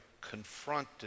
confronted